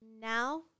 Now